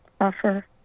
offer